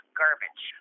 garbage